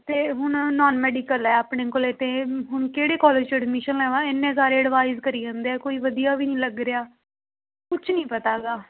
ਅਤੇ ਹੁਣ non medical ਹੈ ਆਪਣੇ ਕੋਲ ਅਤੇ ਹੁਣ ਕਿਹੜੇ ਕਾਲਜ 'ਚ ਐਡਮਿਸ਼ਨ ਲਵਾਂ ਇੰਨੇ ਸਾਰੇ ਐਡਵਾਈਜ ਕਰੀ ਜਾਂਦੇ ਆ ਕੋਈ ਵਧੀਆ ਵੀ ਨਹੀਂ ਲੱਗ ਰਿਹਾ ਕੁਛ ਨਹੀਂ ਪਤਾ ਹੈਗਾ